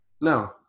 No